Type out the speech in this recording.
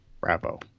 Bravo